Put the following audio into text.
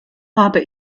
habe